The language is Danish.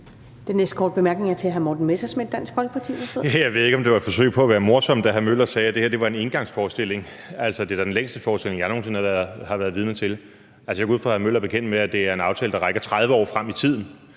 Dansk Folkeparti. Værsgo. Kl. 21:30 Morten Messerschmidt (DF): Jeg ved ikke, om det var et forsøg på at være morsom, da hr. Henrik Møller sagde, at det her var en engangsforestilling. Altså, det er da den længste forestilling, jeg nogen sinde har været vidne til. Jeg går ud fra, at hr. Henrik Møller er bekendt med, at det er en aftale, der rækker 30 år frem i tiden.